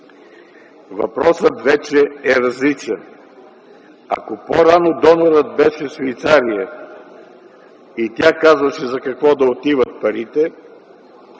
Въпросът вече е различен. Ако по-рано донорът беше Швейцария и тя казваше за какво да отиват парите,